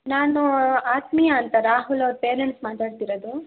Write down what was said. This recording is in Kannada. ನಾನು ಆತ್ಮೀಯ ಅಂತ ರಾಹುಲ್ ಅವ್ರ ಪೇರೆಂಟ್ಸ್ ಮಾತಾಡ್ತಿರೋದು